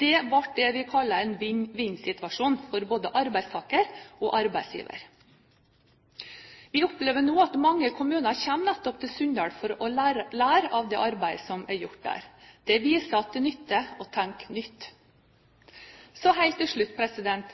Det ble det vi kaller en vinn-vinn-situasjon for både arbeidstaker og arbeidsgiver. Vi opplever nå at mange kommuner kommer nettopp til Sunndal for å lære av det arbeidet som er gjort der. Det viser at det nytter å tenke nytt. Helt til slutt: